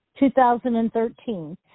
2013